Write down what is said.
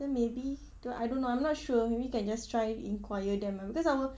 then maybe though I don't know I'm not sure maybe can just try inquire them ah because our